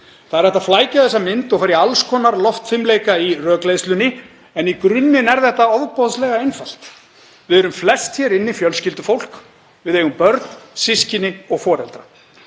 Það er hægt að flækja þessa mynd og fara í alls konar loftfimleika í rökleiðslunni en í grunninn er þetta ofboðslega einfalt. Við erum flest hér inni fjölskyldufólk, við eigum börn, systkini og foreldra.